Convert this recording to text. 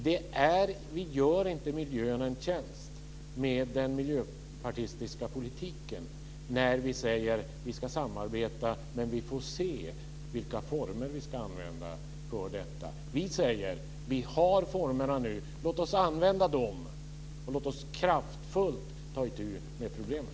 Vi gör inte miljön en tjänst genom den miljöpartistiska politiken och genom att säga att vi ska samarbeta men att vi får se vilka former vi ska använda för detta. Vi i Folkpartiet säger: Vi har formerna nu. Låt oss använda dem och kraftfullt ta itu med problemen!